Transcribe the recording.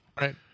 Right